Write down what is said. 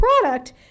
product